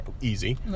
easy